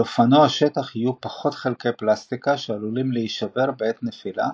לאופנוע שטח יהיו פחות חלקי פלסטיקה שעלולים להישבר בעת נפילה,